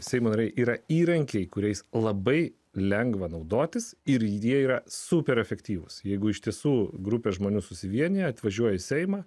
seimo nariai yra įrankiai kuriais labai lengva naudotis ir jie yra super efektyvūs jeigu iš tiesų grupė žmonių susivienija atvažiuoji į seimą